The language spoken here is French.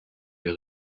les